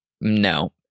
no